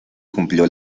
cumplió